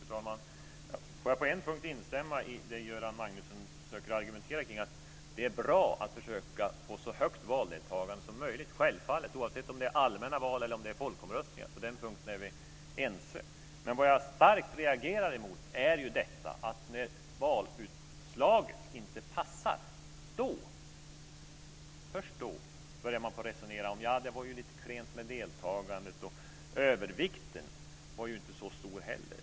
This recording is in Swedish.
Fru talman! På en punkt kan jag instämma i det som Göran Magnusson försöker argumentera omkring. Det är bra att försöka få ett så högt valdeltagande som möjligt, självfallet, oavsett om det är allmänna val eller folkomröstningar. På den punkten är vi ense. Vad jag starkt reagerar mot är ju detta att när valutslaget inte passar då, och först då, börjar man resonera om att det var lite klent med deltagandet, och övervikten var ju inte heller så stor.